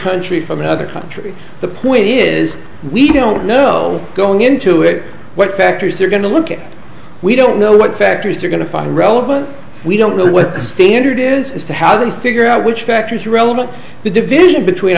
country from another country the point is we don't know going into it what factors they're going to look at we don't know what factors they're going to find relevant we don't know what the standard is as to how they figure out which factor is relevant the division between